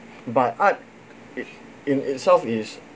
but art it in itself is